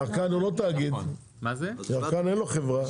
ירקן הוא לא תאגיד, אין לו חברה.